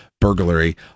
burglary